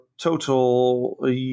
total